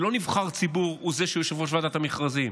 שלא נבחר ציבור הוא יושב-ראש ועדת המכרזים.